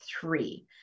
three